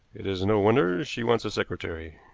it is no wonder she wants a secretary.